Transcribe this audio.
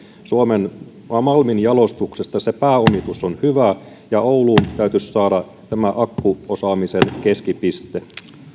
suomen malmijalostuksesta sen pääomitus on hyvä ja ouluun täytyisi saada akkuosaamisen keskipiste